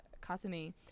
kasumi